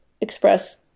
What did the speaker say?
express